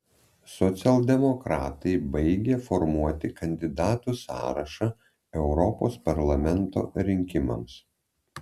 socialdemokratai baigė formuoti kandidatų sąrašą europos parlamento rinkimams